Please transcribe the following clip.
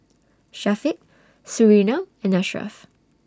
Syafiq Surinam and Ashraff